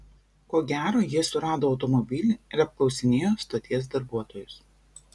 ko gero jie surado automobilį ir apklausinėjo stoties darbuotojus